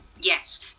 Yes